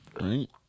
right